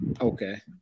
Okay